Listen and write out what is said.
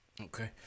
Okay